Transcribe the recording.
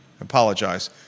apologize